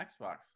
xbox